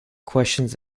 questions